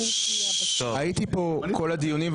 הייתי פה בכל הדיונים,